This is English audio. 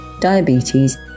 diabetes